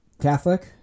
Catholic